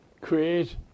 create